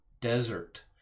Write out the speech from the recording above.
desert